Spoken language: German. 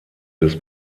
des